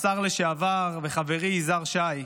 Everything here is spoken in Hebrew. השר לשעבר וחברי יזהר שי,